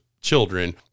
children